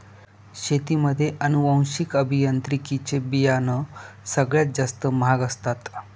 शेतीमध्ये अनुवांशिक अभियांत्रिकी चे बियाणं सगळ्यात जास्त महाग असतात